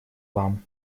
вам